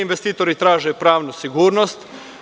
Investitori traže pravnu sigurnost.